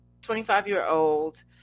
25-year-old